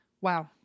wow